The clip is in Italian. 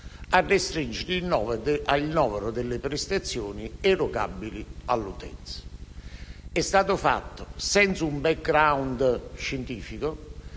a restringere il novero delle prestazioni erogabili all'utenza. È stato fatto senza un *background* scientifico,